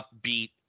upbeat